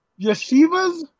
Yeshivas